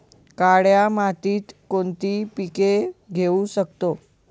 काळ्या मातीत कोणती पिके घेऊ शकतो?